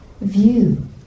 view